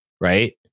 right